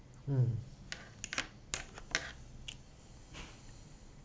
mm